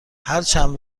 هرچند